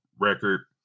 record